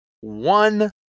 one